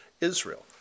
Israel